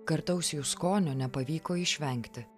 kartaus jų skonio nepavyko išvengti